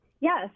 Yes